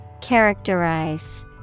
Characterize